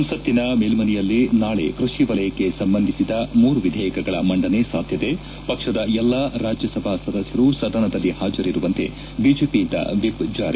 ಸಂಸತ್ತಿನ ಮೇಲ್ಪನೆಯಲ್ಲಿ ನಾಳೆ ಕೃಷಿ ವಲಯಕ್ಕೆ ಸಂಬಂಧಿಸಿದ ಮೂರು ವಿಧೇಯಕಗಳ ಮಂಡನೆ ಸಾಧ್ಯತೆ ಪಕ್ಷದ ಎಲ್ಲಾ ರಾಜ್ಯಸಭಾ ಸದಸ್ನರು ಸದನದಲ್ಲಿ ಪಾಜರಿರುವಂತೆ ಬಿಜೆಪಿಯಿಂದ ವಿಪ್ ಜಾರಿ